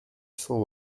cent